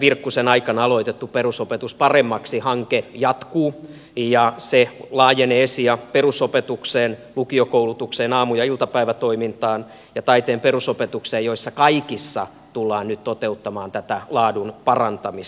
virkkusen aikana aloitettu perusopetus paremmaksi hanke jatkuu ja se laajenee esi ja perusopetukseen lukiokoulutukseen aamu ja iltapäivätoimintaan ja taiteen perusopetukseen joissa kaikissa tullaan nyt toteuttamaan laadun parantamista